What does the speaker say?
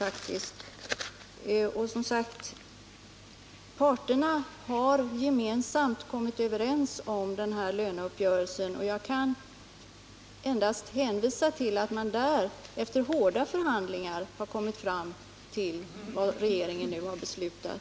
Parterna har som sagt gemensamt gjort den här löneuppgörelsen. Jag kan endast hänvisa till att man efter hårda förhandlingar har kommit fram till vad regeringen nu har beslutat.